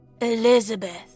Elizabeth